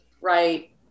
right